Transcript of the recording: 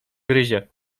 gryzie